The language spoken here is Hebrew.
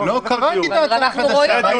קראתי את ההצעה החדשה,